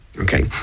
okay